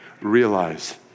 realize